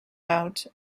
out